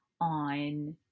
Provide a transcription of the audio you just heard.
on